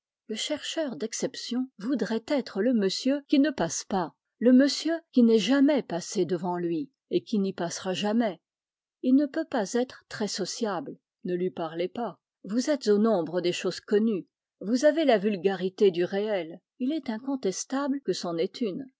le chercheur d'exceptions voudrait être le monsieur qui ne passe pas le monsieur qui n'est jamais passé devant lui et qui n'y passera jamais il ne peut pas être très sociable ne lui parlez pas vous êtes au nombre des choses connues vous avez la vulgarité du réel il est incontestable que c'en est une